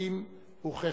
כפרטים וכחברה.